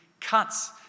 cuts